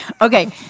Okay